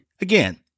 Again